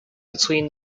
between